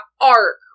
arc